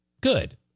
good